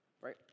right